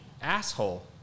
asshole